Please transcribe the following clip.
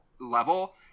level